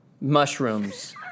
mushrooms